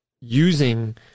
using